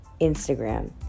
Instagram